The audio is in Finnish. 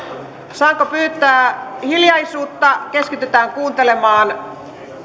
saanko pyytää hiljaisuutta keskitytään kuuntelemaan